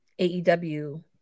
AEW